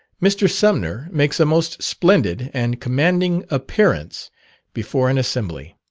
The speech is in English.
mr. sumner makes a most splendid and commanding appearance before an assembly.